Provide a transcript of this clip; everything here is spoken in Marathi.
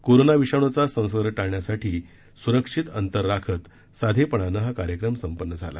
कोरोना विषाणूचा संसर्ग टाळण्यासाठी सुरक्षित अंकर राखत साधेपणाने हा कार्यक्रम संपन्न झाला